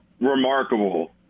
remarkable